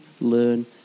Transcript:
learn